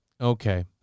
okay